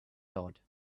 thought